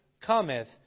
cometh